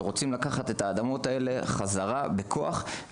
שרוצים לקחת את האדמות האלה בחזרה ובכוח.